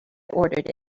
ordered